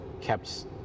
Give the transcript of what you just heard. kept